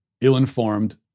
ill-informed